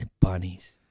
bunnies